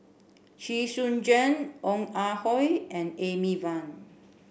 Chee Soon Juan Ong Ah Hoi and Amy Van